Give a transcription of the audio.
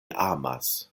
amas